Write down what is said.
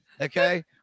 Okay